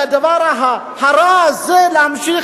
לתת לדבר הרע הזה להימשך